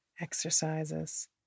exercises